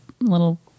little